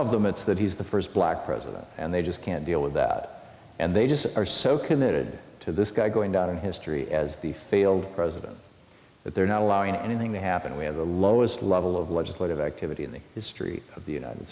of them it's that he's the first black president and they just can't deal with that and they just are so committed to this guy going down in history as the failed president that they're not allowing anything to happen we have the lowest level of legislative activity in the history of the united